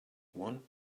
one